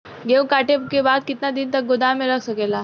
गेहूँ कांटे के बाद कितना दिन तक गोदाम में रह सकेला?